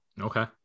Okay